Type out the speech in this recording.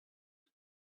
and